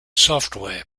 software